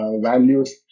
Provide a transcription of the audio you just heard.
values